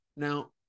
Now